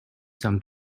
sommes